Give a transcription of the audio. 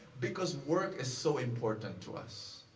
because work is so important to us.